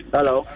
Hello